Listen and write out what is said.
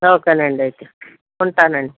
ఓకేనండి అయితే ఉంటానండి